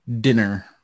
dinner